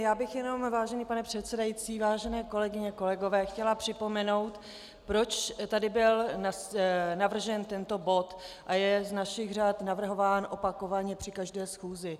Já bych jenom, vážený pane předsedající, vážené kolegyně, kolegové, chtěla připomenout, proč tady byl navržen tento bod a je z našich řad navrhován opakovaně při každé schůzi.